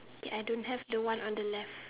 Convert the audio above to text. ya I don't have the one on the left